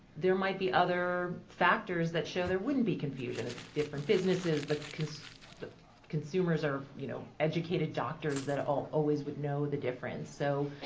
there might be other factors that show there wouldn't be confusion. it's different businesses. the consumers the consumers are you know educated doctors that always would know the difference. so,